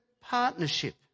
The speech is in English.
partnership